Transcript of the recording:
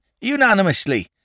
unanimously